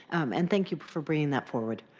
and thank you for bringing that forward.